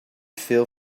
feel